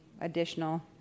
additional